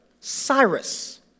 Cyrus